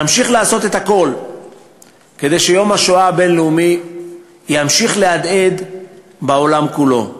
נמשיך לעשות את הכול כדי שיום השואה הבין-לאומי ימשיך להדהד בעולם כולו.